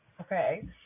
Okay